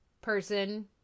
person